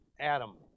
Adam